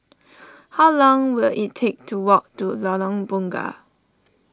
how long will it take to walk to Lorong Bunga